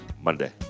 Monday